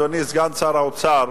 אדוני סגן שר האוצר,